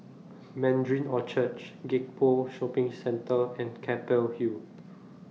Mandarin Orchard Gek Poh Shopping Centre and Keppel Hill